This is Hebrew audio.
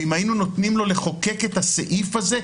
ואם היינו נותנים לו לחוקק את הסעיף הזה,